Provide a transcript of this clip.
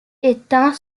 étant